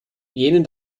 jenen